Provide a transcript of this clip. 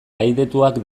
ahaidetuak